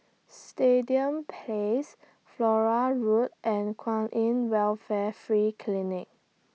Stadium Place Flora Road and Kwan in Welfare Free Clinic